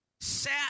sat